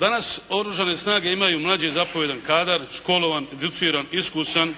Danas Oružane snage imaju mlađi zapovjedni kadar školovan, educiran, iskusan.